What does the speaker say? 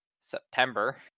september